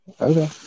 Okay